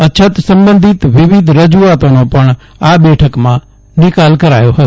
અછત સંબંધિત વિવિધ રજૂઆતોનો પણ આ બેઠકમાં નિકાલ કરાયો હતો